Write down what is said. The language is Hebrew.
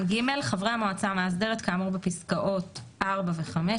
(ג)"חברי המועצה המאסדרת כאמור בפסקאות (4) ו-(5)